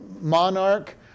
monarch